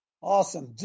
Awesome